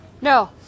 No